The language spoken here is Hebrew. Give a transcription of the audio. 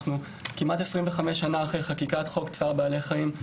אנחנו כמעט 25 שנים אחרי חקיקת חוק צער בעלי חיים.